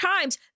Times